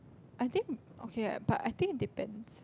I think okay but I think depends